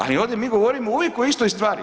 Ali ovdje mi govorimo uvijek o istoj stvari.